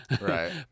right